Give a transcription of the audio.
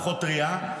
פחות טרייה,